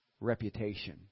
reputation